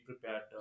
prepared